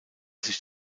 sich